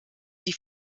die